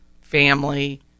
family